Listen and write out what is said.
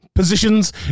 positions